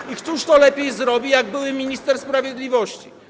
I któż to lepiej zrobi, jak były minister sprawiedliwości?